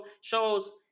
shows